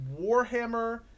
Warhammer